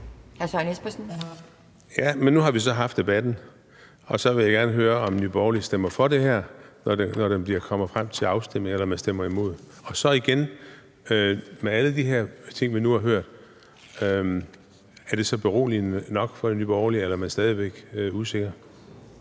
Men nu har vi så haft debatten, og så vil jeg gerne høre, om Nye Borgerlige stemmer for det her, når det kommer frem til afstemning, eller om man stemmer imod. Og så igen: Med alle de her ting, vi nu har hørt, er det så beroligende nok for Nye Borgerlige, eller er man stadig væk usikker?